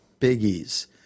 biggies